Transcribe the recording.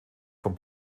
vom